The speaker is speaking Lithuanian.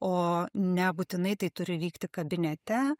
o nebūtinai tai turi vykti kabinete